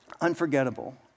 unforgettable